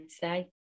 say